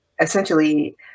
essentially